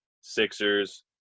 Sixers